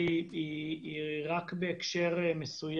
לאכלוס?